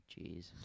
jeez